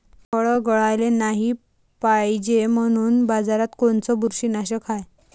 फळं गळाले नाही पायजे म्हनून बाजारात कोनचं बुरशीनाशक हाय?